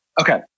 Okay